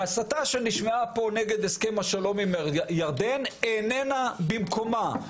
ההסתה שנשמעה פה נגד הסכם השלום עם ירדן איננה במקומה.